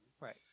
right